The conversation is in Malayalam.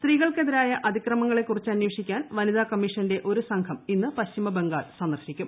സ്ത്രീകൾക്കെതിരായ അതിക്രമങ്ങളെക്കുറിച്ച് അന്വേഷിക്കാൻ വനിതാ കമ്മീഷന്റെ ഒരു സംഘം ഇന്ന് പശ്ചിമ ബംഗാൾ സന്ദർശിക്കും